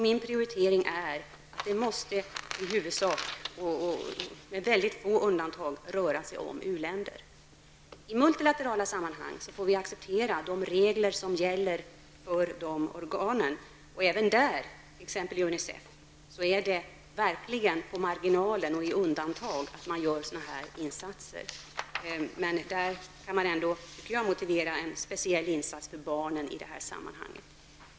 Min prioritering är att det med få undantag måste röra sig om u-länder. I multilaterala sammanhang får vi acceptera de regler som gäller för de organen. Även där, t.ex. i UNICEF, är det på marginalen och med undantag som sådana insatser görs. Men det går att motivera en speciell insats för barnen i det här sammanhanget.